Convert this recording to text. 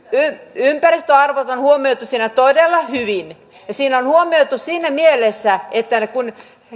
ympäristöarvot on huomioitu siinä todella hyvin siinä mielessä että kun